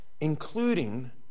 including